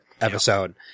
episode